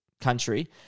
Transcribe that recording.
country